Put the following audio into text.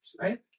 right